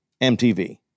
MTV